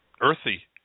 earthy